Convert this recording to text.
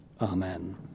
Amen